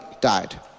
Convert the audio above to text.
died